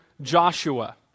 Joshua